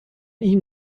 ihn